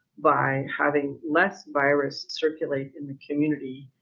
by having less virus circulate in the community,